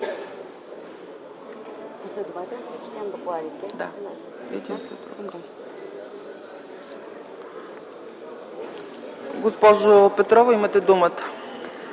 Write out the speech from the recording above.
Госпожо Петрова, имате думата.